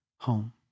home